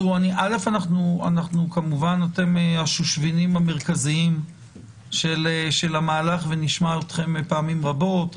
אתם כמובן השושבינים המרכזיים של המהלך ונשמע אתכם פעמים רבות.